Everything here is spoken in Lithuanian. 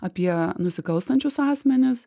apie nusikalstančius asmenis